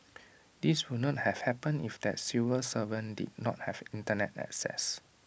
this would not have happened if that civil servant did not have Internet access